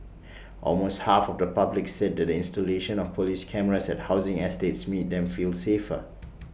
almost half of the public said the installation of Police cameras at housing estates made them feel safer